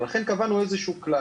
ולכן קבענו איזשהו כלל.